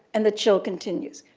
and the chill continues.